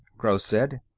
gross said.